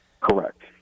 Correct